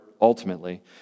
ultimately